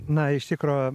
na iš tikro